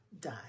die